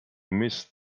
miss